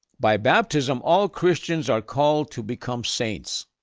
by baptism, all christians are called to become saints,